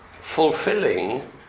fulfilling